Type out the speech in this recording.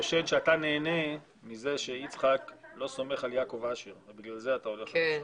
חושד שאתה נהנה מכך שיצחק לא סומך על יעקב אשר ובגלל זה אתה הולך לפשרה.